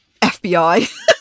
FBI